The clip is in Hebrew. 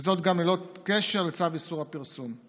וזאת גם ללא קשר לצו איסור הפרסום.